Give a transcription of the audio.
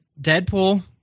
deadpool